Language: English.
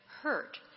hurt